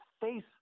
face